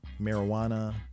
marijuana